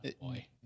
Boy